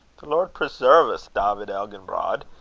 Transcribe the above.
the lord preserve's, dawvid elginbrod!